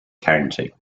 county